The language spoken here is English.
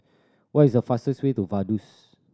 what is the fastest way to Vaduz